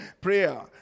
Prayer